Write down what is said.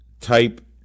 type